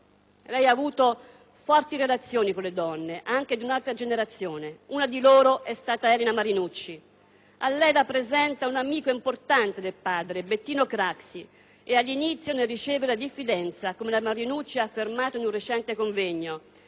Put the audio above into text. Lei ha avuto forti relazioni con le donne, anche di un'altra generazione. Una di loro è stata Elena Marinucci; a lei la presenta un amico importante del padre, Bettino Craxi, e all'inizio ne riceve la diffidenza, come la Marinucci ha dichiarato in un recente convegno,